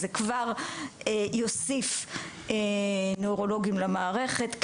אז זה כבר יוסיף נוירולוגים למערכת.